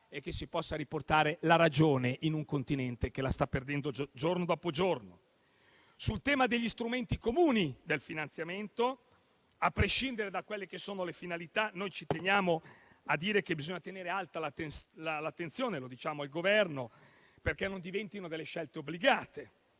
e che si possa riportare la ragione in un continente che la sta perdendo giorno dopo giorno. Sul tema degli strumenti comuni del finanziamento, a prescindere dalle finalità, ci teniamo a dire che bisogna tenere alta l'attenzione; lo diciamo al Governo, perché non diventino scelte obbligate,